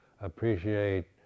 appreciate